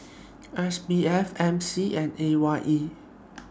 SBF MC and AYE